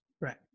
Right